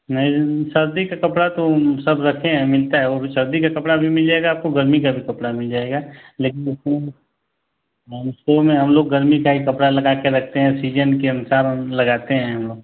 नहीं सर्दी का कपड़ा तो हम सब रखें हैं मिलता है वो भी सर्दी का कपड़ा भी मिल जाएगा आपको गर्मी का कपड़ा भी मिल जाएगा लेकिन उसमें शो में हम लोग गर्मी का ही कपड़ा लगा के रखते हैं सीजन के अनुसार हम लगाते हैं हम